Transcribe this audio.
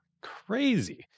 Crazy